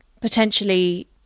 potentially